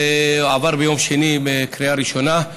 והוא עבר ביום שני בקריאה ראשונה,